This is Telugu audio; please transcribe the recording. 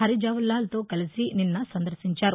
హరి జవహర్లాల్తో కలిసి నిన్న సందర్భించారు